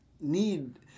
need